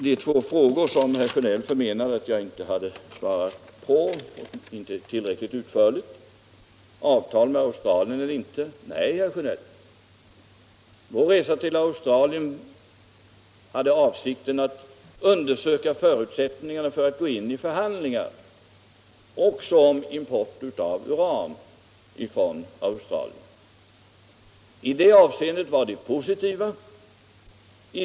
Herr Sjönell menade att jag inte hade svarat tillräckligt utförligt på två frågor, bl.a. om avtal med Australien. Nej, herr Sjönell, vår resa till Australien gjordes i avsikt att undersöka förutsättningarna för att gå in i förhandlingar om import av uran också från Australien. I det avseendet var resan positiv.